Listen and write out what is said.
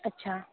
अच्छा